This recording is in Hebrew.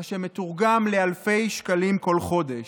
מה שמתורגם לאלפי שקלים כל חודש.